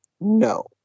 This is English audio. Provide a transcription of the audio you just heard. no